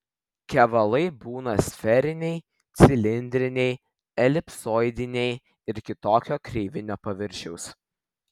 kevalai būna sferiniai cilindriniai elipsoidiniai ir kitokio kreivinio paviršiaus